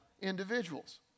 individuals